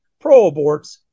pro-aborts